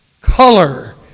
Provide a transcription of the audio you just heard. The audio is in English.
color